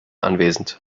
anwesend